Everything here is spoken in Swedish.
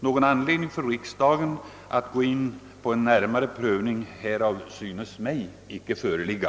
Någon anledning för riksdagen att gå in på en närmare prövning härav synes mig icke föreligga.